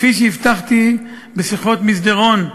כפי שהבטחתי בשיחות מסדרון,